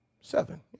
Seven